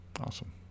Awesome